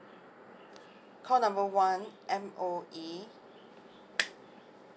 call number one M_O_E